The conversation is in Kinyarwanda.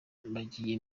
bagiye